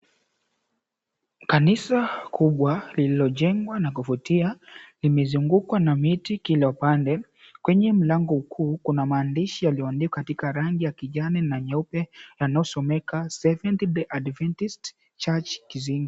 Kanisa kubwa lililojengwa na kuvutia limezungukwa na miti kila upande, kwenye mlango kuu kuna maandishi yaliyoandikwa katika rangi ya kijani na nyeupe yanayosomeka "SEVENTH DAY ADVENTIST CHURCH, KIZINGO."